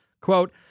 Quote